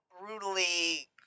brutally